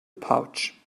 pouch